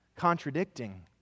Contradicting